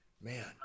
man